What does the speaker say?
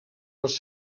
els